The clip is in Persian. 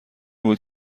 بود